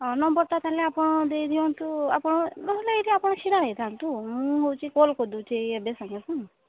ହଁ ନମ୍ବରଟା ତା'ହେଲେ ଆପଣ ଦେଇ ଦିଅନ୍ତୁ ଆପଣ ନହେଲେ ଏଇଠି ଆପଣ ଛିଡ଼ା ହେଇଥାନ୍ତୁ ମୁଁ ହେଉଛି କଲ୍ କରି ଦେଉଛି ଏଇ ଏବେ ସାଙ୍ଗେ ସାଙ୍ଗ